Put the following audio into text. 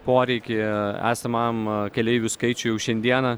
poreikį esamam keleivių skaičiui jau šiandieną